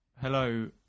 Hello